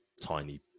tiny